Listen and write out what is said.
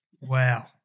Wow